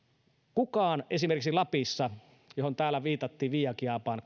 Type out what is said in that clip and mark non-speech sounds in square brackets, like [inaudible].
kukaan esimerkiksi lapissa johon täällä viitattiin viiankiaapaan [unintelligible]